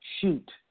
shoot –